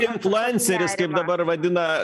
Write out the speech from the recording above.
influenceris kaip dabar vadina